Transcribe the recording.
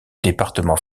département